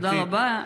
תודה רבה.